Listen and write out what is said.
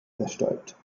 zerstäubt